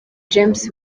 james